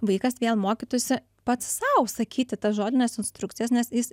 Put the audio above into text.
vaikas vėl mokytųsi pats sau sakyti tas žodines instrukcijas nes jis